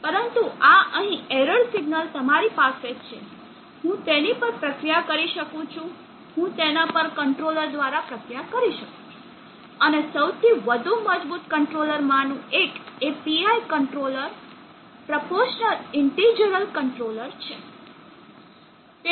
પરંતુ આ અહીં એરર સિગ્નલ તમારી પાસે છે હું તેની પર પ્રક્રિયા કરી શકું છું હું તેના પર કંટ્રોલર દ્વારા પ્રક્રિયા કરી શકું છું અને સૌથી વધુ મજબૂત કંટ્રોલર માંનું એક એ PI controller proportional integral controller છે